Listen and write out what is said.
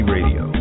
Radio